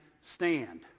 stand